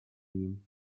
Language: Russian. ним